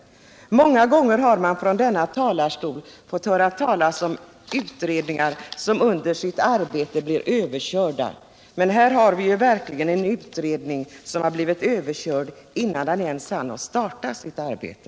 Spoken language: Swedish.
Många gånger har man från denna talarstol fått höra talas om utredningar som under sitt arbete blivit överkörda. Men här har vi verkligen en utredning som blivit överkörd innan den ens hunnit starta sitt arbete.